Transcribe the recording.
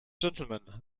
gentlemen